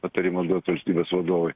patarimo duot valstybės vadovui